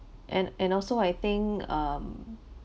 and and also I think um